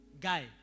guy